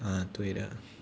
ah 对的